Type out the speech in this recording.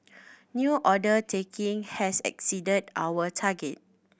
new order taking has exceeded our target